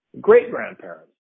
great-grandparents